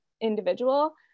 individual